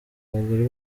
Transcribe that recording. abagore